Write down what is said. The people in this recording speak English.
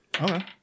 Okay